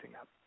up